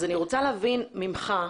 אז אני רוצה להבין ממך,